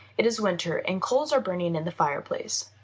it is winter, and coals are burning in the fireplace.